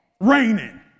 Raining